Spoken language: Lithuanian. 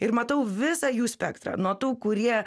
ir matau visą jų spektrą nuo tų kurie